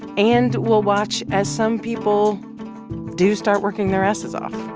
and we'll watch as some people do start working their asses off